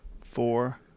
Four